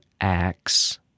acts